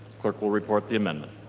clerk will report the amendment.